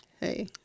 hey